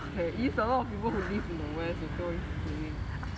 there is a lot of people who live in the west okay what are you saying